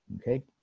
okay